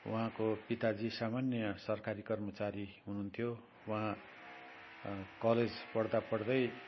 उहाँको पिताजी सामान्य सरकारी कर्मचारी हुनुहुन्थ्यो उहाँ कलेज पढ्दा पढ्दै उहाँलाई